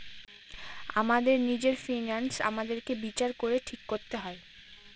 আমাদের নিজের ফিন্যান্স আমাদেরকে বিচার করে ঠিক করতে হয়